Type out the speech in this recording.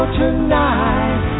tonight